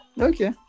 okay